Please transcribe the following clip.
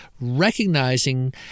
recognizing